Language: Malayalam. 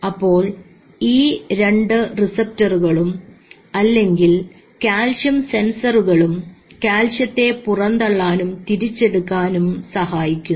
അപ്പോൾ ഈ രണ്ട് റിസപ്റ്ററുകളും അല്ലെങ്കിൽ കാൽസ്യം സെൻസറുകളും കാൽസ്യത്തെ പുറന്തള്ളാനും തിരിച്ചെടുക്കാനും സഹായിക്കുന്നു